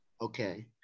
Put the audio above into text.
okay